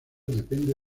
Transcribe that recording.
depende